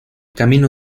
camino